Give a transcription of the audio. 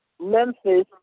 Memphis